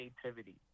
creativity